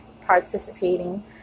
participating